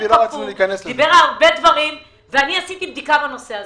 אמר הרבה דברים ואני עשיתי בדיקה בנושא הזה.